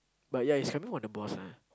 but yeah is depending on the boss lah